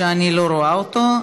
שאני לא רואה אותו.